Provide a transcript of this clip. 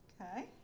Okay